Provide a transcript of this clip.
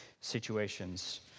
situations